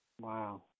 Wow